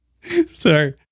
Sorry